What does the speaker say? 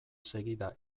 segida